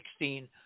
2016